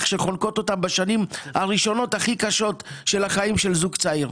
שחונקות אותם בשנים הראשונות הכי קשות של החיים של זוג צעיר.